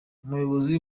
ubuyobozi